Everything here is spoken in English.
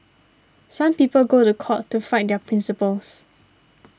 some people go to court to fight their principles